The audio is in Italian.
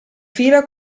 fila